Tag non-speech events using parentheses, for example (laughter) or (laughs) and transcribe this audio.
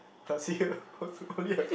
does (laughs) he have also only have